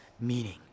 meaning